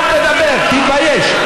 אל תדבר, תתבייש.